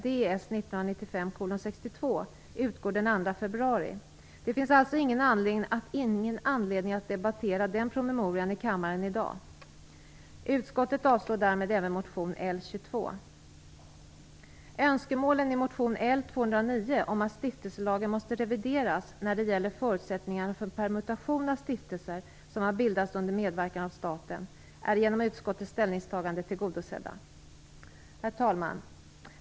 Det finns alltså ingen anledning att debattera den promemorian i kammaren i dag. Önskemålen i motion L209 om att stiftelselagen måste revideras när det gäller förutsättningarna för permutation av stiftelser som har bildats under medverkan av staten är genom utskottets ställningstagande tillgodosedda. Herr talman!